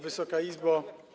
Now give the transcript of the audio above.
Wysoka Izbo!